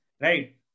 right